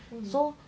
mm